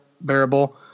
bearable